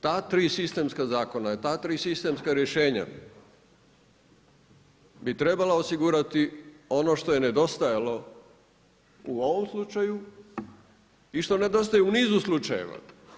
Ta tri sistemska zakona, ta tri sistemska rješenja bi trebala osigurati ono što je nedostajalo u ovom slučaju i što nedostaje u nizu slučajeva.